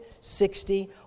sixty